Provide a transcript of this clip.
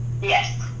Yes